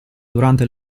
durante